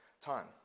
time